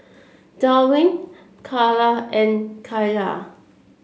Dwain Carla and Kaila